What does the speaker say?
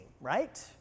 right